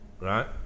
right